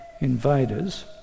invaders